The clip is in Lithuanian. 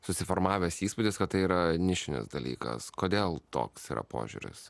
susiformavęs įspūdis kad tai yra nišinis dalykas kodėl toks yra požiūris